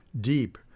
deep